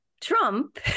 Trump